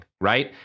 Right